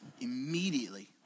immediately